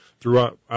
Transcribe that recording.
throughout